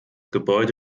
gebäude